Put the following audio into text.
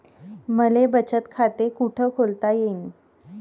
मले बचत खाते कुठ खोलता येईन?